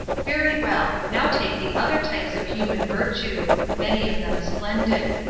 very well, now take the other types of human virtue many of them splendid.